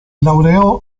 laureò